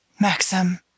Maxim